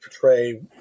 portray